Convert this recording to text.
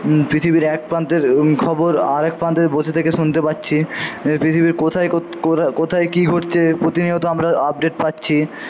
পৃথিবীর এক প্রান্তের খবর আরেক প্রান্তে বসে থেকে শুনতে পারছি পৃথিবীর কোথায় করা কোথায় কী ঘটছে প্রতিনিয়ত আমরা আপডেট পাচ্ছি